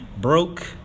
Broke